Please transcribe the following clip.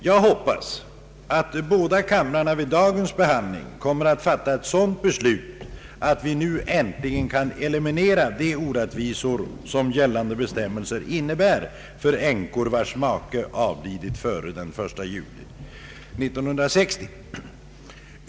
Jag hoppas att båda kamrarna vid dagens behandling kommer att fatta ett sådant beslut, att vi nu äntligen kan eliminera de orättvisor som gällande bestämmelser innebär för änkor vilkas make avlidit före den 1 juli 1960.